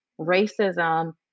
racism